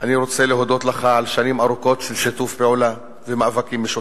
אני רוצה להודות לך על שנים ארוכות של שיתוף פעולה ומאבקים משותפים.